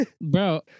Bro